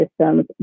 systems